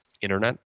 internet